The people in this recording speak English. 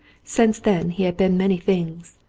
since then he had been many things.